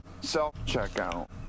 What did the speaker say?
self-checkout